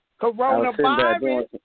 Coronavirus